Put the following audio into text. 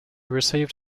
received